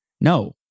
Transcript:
no